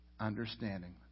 Understanding